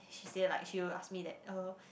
she say like she will ask me that uh